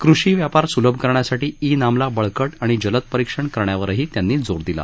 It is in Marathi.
कृषी व्यापार स्लभ करण्यासाठी ई नामला बळकट व जलद परीक्षण करण्यावरही त्यांनी जोर दिला